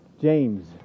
James